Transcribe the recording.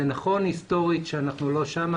זה נכון היסטורית שאנחנו לא שם.